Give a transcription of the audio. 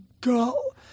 go